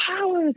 power